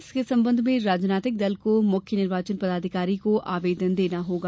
इसके संबंध में राजनैतिक दल को मुख्य निर्वाचन पदाधिकारी को आवेदन देना होगा